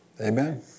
Amen